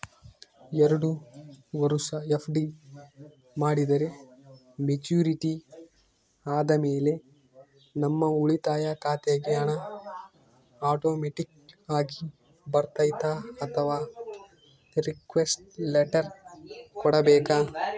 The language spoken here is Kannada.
ಎರಡು ವರುಷ ಎಫ್.ಡಿ ಮಾಡಿದರೆ ಮೆಚ್ಯೂರಿಟಿ ಆದಮೇಲೆ ನಮ್ಮ ಉಳಿತಾಯ ಖಾತೆಗೆ ಹಣ ಆಟೋಮ್ಯಾಟಿಕ್ ಆಗಿ ಬರ್ತೈತಾ ಅಥವಾ ರಿಕ್ವೆಸ್ಟ್ ಲೆಟರ್ ಕೊಡಬೇಕಾ?